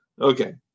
okay